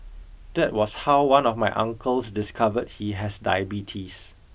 that was how one of my uncles discovered he has diabetes